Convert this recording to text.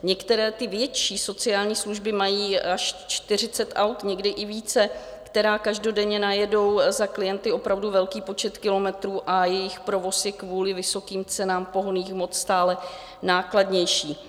Některé ty větší sociální služby mají až čtyřicet aut, někdy i více, která každodenně najednou za klienty opravdu velký počet kilometrů, a jejich provoz je kvůli vysokým cenám pohonných hmot stále nákladnější.